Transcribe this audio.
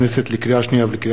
לקריאה שנייה ולקריאה שלישית,